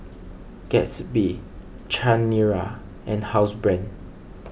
Gatsby Chanira and Housebrand